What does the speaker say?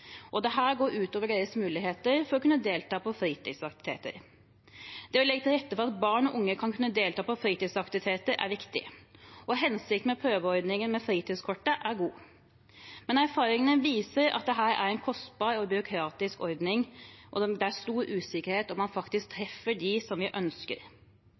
Det går ut over deres muligheter til å kunne delta i fritidsaktiviteter. Det å legge til rette for at barn og unge skal kunne delta i fritidsaktiviteter, er viktig, og hensikten med prøveordningen med fritidskortet er god. Men erfaringene viser at dette er en kostbar og byråkratisk ordning, og det er stor usikkerhet knyttet til om man faktisk treffer dem vi ønsker